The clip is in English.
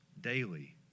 daily